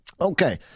Okay